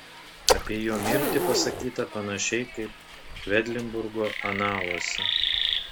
apie jo mirtį pasakyta panašiai kaip kvedlinburgo analuose